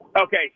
Okay